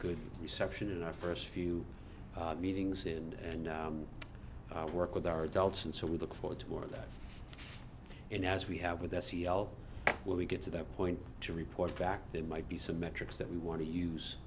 good reception in our first few meetings and work with our adults and so we look forward to more of that and as we have with r c l when we get to that point to report back there might be some metrics that we want to use